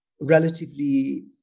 relatively